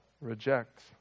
reject